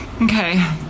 okay